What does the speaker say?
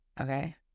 okay